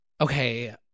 Okay